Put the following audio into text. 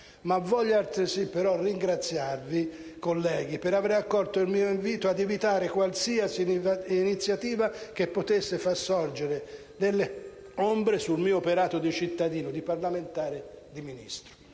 altresì ringraziarvi, colleghi, per avere accolto il mio invito ad evitare qualsiasi iniziativa che potesse far sorgere delle ombre sul mio operato di cittadino, di parlamentare e di Ministro.